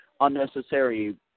unnecessary